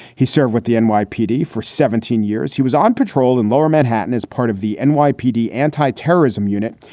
he served with the and nypd for seventeen years. he was on patrol in lower manhattan as part of the and nypd anti-terrorism anti-terrorism unit.